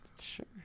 Sure